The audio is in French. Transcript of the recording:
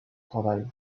travail